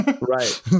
Right